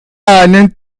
and